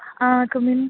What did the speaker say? ആ come in